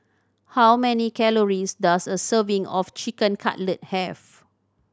how many calories does a serving of Chicken Cutlet have